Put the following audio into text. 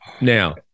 now